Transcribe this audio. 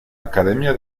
academia